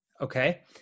okay